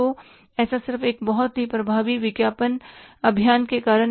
तो ऐसा सिर्फ एक बहुत ही प्रभावी विज्ञापन अभियान के कारण